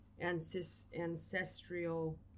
ancestral